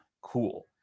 cool